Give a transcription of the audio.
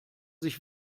sich